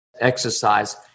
exercise